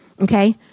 Okay